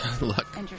Look